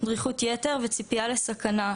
דריכות יתר וציפייה לסכנה,